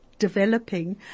Developing